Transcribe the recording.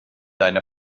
deine